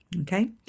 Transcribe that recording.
Okay